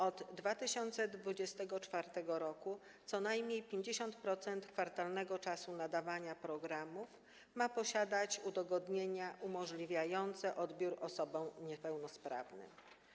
Od 2024 r. co najmniej 50% kwartalnego czasu nadawania programów ma posiadać udogodnienia umożliwiające odbiór osobom niepełnosprawnym.